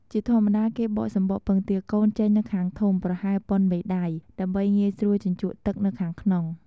ជាធម្មតា គេបកសំបកពងទាកូនចេញនៅខាងធំ ប្រហែលប៉ុនមេដៃ ដើម្បីងាយស្រួលជញ្ជក់ទឹកនៅខាងក្នុង។